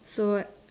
so